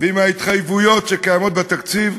ועם ההתחייבויות שקיימות בתקציב,